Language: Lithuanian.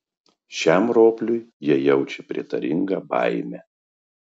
šiam ropliui jie jaučia prietaringą baimę